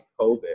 COVID